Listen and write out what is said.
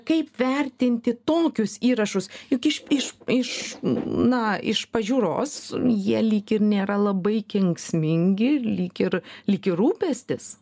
kaip vertinti tokius įrašus juk iš iš iš na iš pažiūros jie lyg ir nėra labai kenksmingi lyg ir lyg ir rūpestis